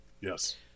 yes